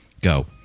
go